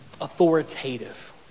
authoritative